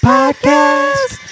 Podcast